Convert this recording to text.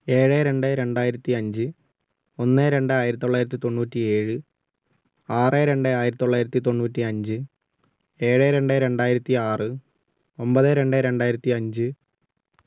ഏഴ് രണ്ട് രണ്ടായിരത്തിയഞ്ച് ഒന്ന് രണ്ട് ആയിരത്തിതോള്ളയിരത്തിതൊണ്ണൂറ്റിയേഴ് ആറ് രണ്ട് ആയിരതിതോള്ളയിരത്തിതൊണ്ണൂറ്റിയഞ്ച് ഏഴ് രണ്ട് രണ്ടായിരത്തിയാര് ഒമ്പത് രണ്ട് രണ്ടായിരത്തിയഞ്ച്